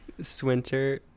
Swinter